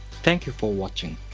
thank you for watching.